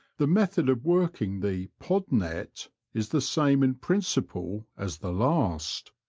the method of working the pod-net is the same in principle as the last.